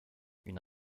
une